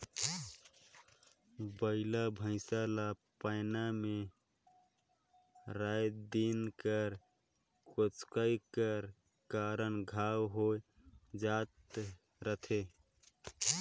बइला भइसा ला पैना मे राएत दिन कर कोचई कर कारन घांव होए जाए रहथे